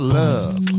love